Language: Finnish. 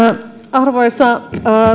arvoisa